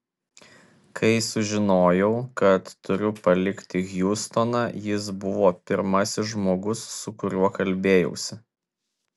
kai sužinojau kad turiu palikti hjustoną jis buvo pirmasis žmogus su kuriuo kalbėjausi